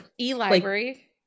e-library